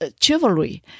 chivalry